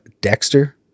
Dexter